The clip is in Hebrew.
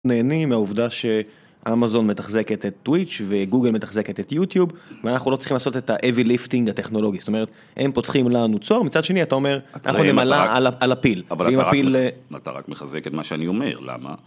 נהנים מהעובדה שאמזון מתחזקת את טוויץ' וגוגל מתחזקת את יוטיוב ואנחנו לא צריכים לעשות את ההאבי ליפטינג הטכנולוגי, זאת אומרת הם פותחים לנו צוהר, מצד שני אתה אומר, אנחנו נמלה על הפיל, אבל אתה רק מחזק את מה שאני אומר, למה?